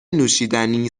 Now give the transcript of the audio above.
نوشیدنی